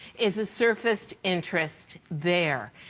is the surface interest there?